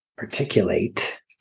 articulate